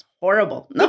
horrible